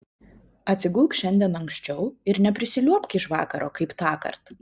atsigulk šiandien anksčiau ir neprisiliuobk iš vakaro kaip tąkart